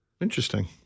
Interesting